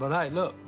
and hey, look,